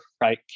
right